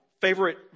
favorite